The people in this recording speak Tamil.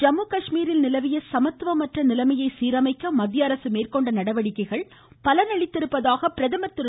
ஜம்முகாஷ்மீரில் நிலவிய சமத்துவமற்ற நிலைமையை சீரமைக்க மத்திய அரசு மேற்கொண்ட நடவடிக்கைகள் பலன் அளித்திருப்பதாக பிரதமர் திரு